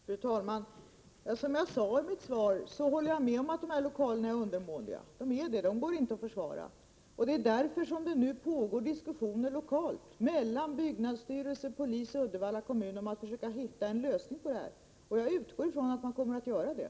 Fru talman! Som jag sade i mitt svar håller jag med om att de här lokalerna är undermåliga. Så förhåller det sig — det går inte att försvara. Det är därför som det nu lokalt pågår diskussioner mellan byggnadsstyrelsen, polisen och Uddevalla kommun om att försöka hitta en lösning på problemet, och jag utgår från att man kommer att göra det.